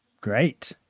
Great